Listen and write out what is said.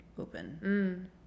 open